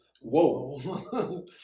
Whoa